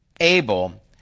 Abel